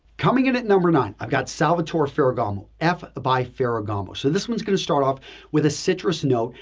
coming in at number nine, i've got salvatore ferragamo, f by ferragamo. so, this one is going to start off with a citrus note,